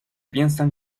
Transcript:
piensan